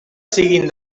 siguin